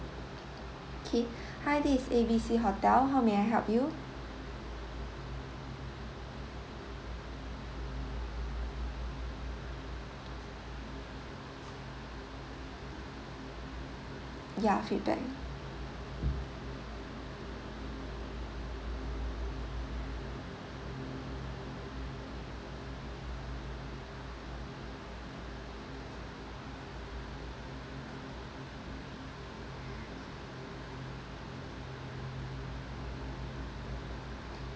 okay hi this A_B_C hotel how may I help you ya feedback